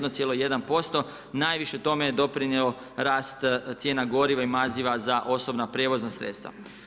Najviše tome je doprinio rast cijena goriva i maziva za osobna prijevozna sredstva.